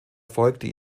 folgte